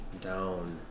Down